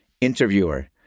Interviewer